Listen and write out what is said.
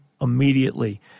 immediately